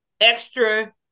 extra